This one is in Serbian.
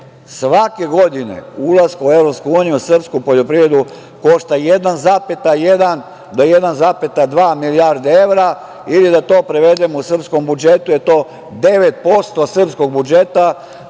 svake godine ulaska u EU srpsku poljoprivredu košta 1,1 do 1,2 milijarde evra i da to prevedem – u srpskom budžetu je 9% srpskog budžeta,